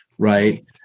Right